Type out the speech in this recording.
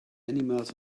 animals